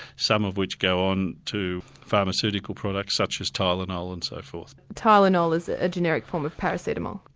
some of which go on to pharmaceutical products such as tylenol and so forth. tylenol is ah a generic form of paracetamol.